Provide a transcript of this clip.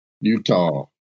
Utah